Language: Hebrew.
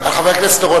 חבר הכנסת אורון,